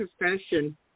profession